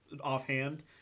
offhand